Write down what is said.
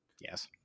Yes